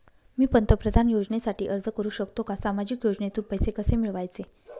मी पंतप्रधान योजनेसाठी अर्ज करु शकतो का? सामाजिक योजनेतून पैसे कसे मिळवायचे